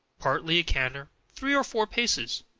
partly a canter, three or four paces,